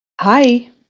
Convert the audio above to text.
Hi